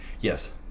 Yes